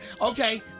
Okay